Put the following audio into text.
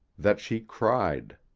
that she cried.